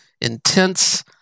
intense